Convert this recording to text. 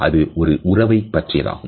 அது ஒரு உறவை பற்றியதாகும்